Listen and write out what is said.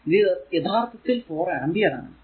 ഇത് യഥാർത്ഥത്തിൽ 4 ആമ്പിയർ ആണ്